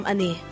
Ani